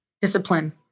discipline